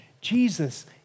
Jesus